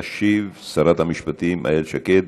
תשיב שרת המשפטים איילת שקד.